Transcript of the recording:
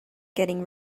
getting